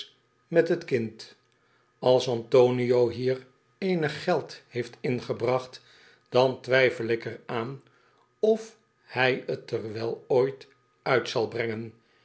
met t kind als antonio hier eenig geld heeft ingebracht dan twijfel ik er aan of hij t er wel ooit uit zal brengen